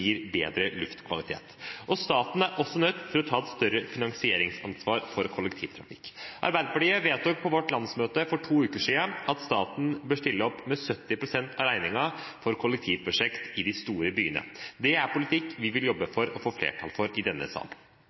gir bedre luftkvalitet. Staten er også nødt til å ta et større finansieringsansvar for kollektivtrafikk. Arbeiderpartiet vedtok på vårt landsmøte for to uker siden at staten bør stille opp og ta 70 pst. av regningen for kollektivprosjekter i de store byene. Det er en politikk vi vil jobbe for å få flertall for i denne